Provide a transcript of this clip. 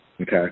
okay